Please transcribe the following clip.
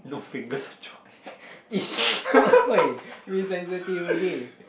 [oi] be sensitive okay